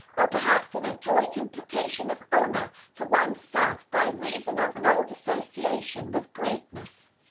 or perhaps an adroit implication of honor to one's self by reason of an old association with greatness.